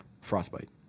frostbite